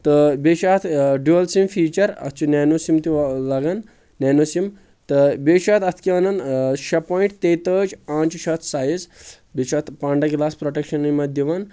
تہٕ بییٚہِ چھِ اتھ ڈیٚویل سِم فیچر تہٕ اتھ چھُ نینو سِم تہِ لگان نینو سِم تہٕ بییٚہِ چھِ اتھ اتھ کیاہ ونان شیےٚ پوینٹ تیٚیہِ تٲجی آنچہِ چھُ اتھ سایز بییٚہِ چھُ اتھ پانڈا گِلاس پروٹٮ۪کشن یِم اتھ دِوان